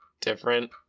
different